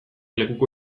lekuko